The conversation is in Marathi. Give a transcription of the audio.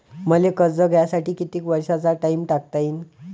मले कर्ज घ्यासाठी कितीक वर्षाचा टाइम टाकता येईन?